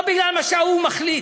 לא בגלל מה שהאו"ם מחליט,